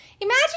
Imagine